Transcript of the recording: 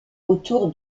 autour